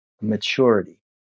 maturity